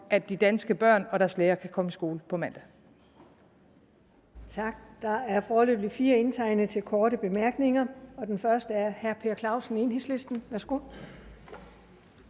at de danske børn og deres lærere kan komme i skole på mandag.